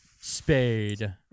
spade